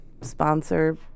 sponsor